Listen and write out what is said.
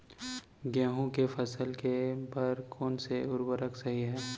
गेहूँ के फसल के बर कोन से उर्वरक सही है?